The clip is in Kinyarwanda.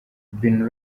ben